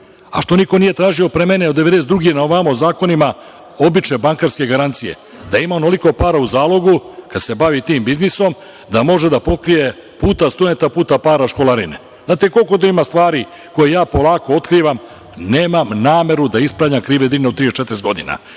A što niko nije tražio pre mene od 1992. godine na ovamo zakonima, obične bankarske garancije, da ima onoliko para u zalogu kada se bavi tim biznisom, da može da pokrije puta studenta, puta para školarine. Znate koliko tu ima stvari koje ja polako otkrivam. Nemam nameru da ispravljam krive Drine od 30,